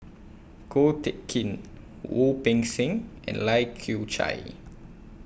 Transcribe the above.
Ko Teck Kin Wu Peng Seng and Lai Kew Chai